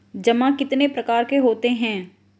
जमा कितने प्रकार के होते हैं?